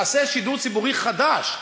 נעשה שידור ציבורי חדש.